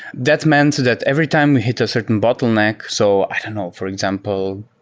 that's meant that every time we hit a certain bottleneck so, i don't know. for example,